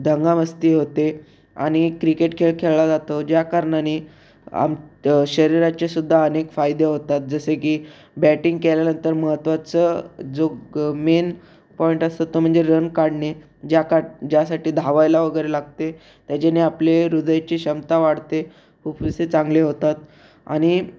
दंगामस्ती होते आणि क्रिकेट खेळ खेळला जातो ज्या कारणाने आम शरीराचेसुद्धा अनेक फायदे होतात जसे की बॅटिंग केल्यानंतर महत्त्वाचं जो ग मेन पॉईंट असतात तो म्हणजे रन काढणे ज्या का ज्यासाठी धावायला वगैरे लागते त्याच्याने आपले हृदयची क्षमता वाढते फुप्फुसे चांगली होतात आणि